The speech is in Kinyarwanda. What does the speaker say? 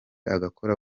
agakora